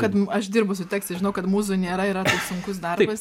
kad aš dirbu su tekstais žinau kad mūzų nėra yra tik sunkus darbas